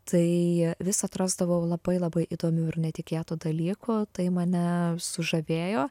tai vis atrasdavau labai labai įdomių ir netikėtų dalykų tai mane sužavėjo